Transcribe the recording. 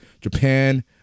Japan